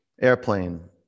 Airplane